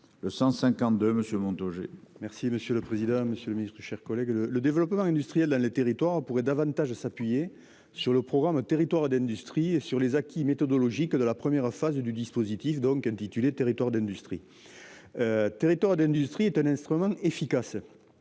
Le 152, Monsieur Montaugé. Merci monsieur le président, monsieur le ministre, chers collègues, le le développement industriel dans les territoires pourrait davantage s'appuyer sur le programme territoires d'industrie et sur les acquis méthodologiques de la première phase du dispositif donc intitulé territoires d'industrie. Territoires d'industrie est un instrument efficace.